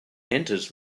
enters